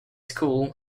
school